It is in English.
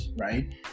right